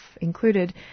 included